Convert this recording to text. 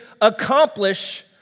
accomplish